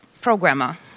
programmer